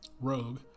rogue